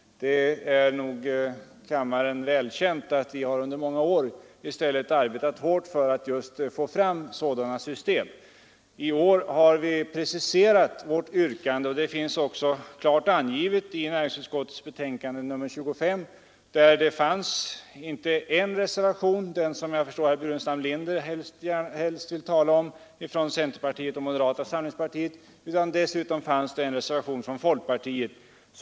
Det är väl känt för kammaren att folkpartiet i stället under många år har arbetat hårt för att just få fram sådana förslag. I år har vi preciserat vårt yrkande, och det finns också angivet i näringsutskottets betänkande nr 25, där det inte bara fanns en reservation — den som jag förstår att herr Burenstam Linder helst vill tala om — från centerpartiet och moderata samlingspartiet utan också en reservation från folkpartiet.